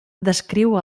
descriu